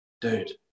dude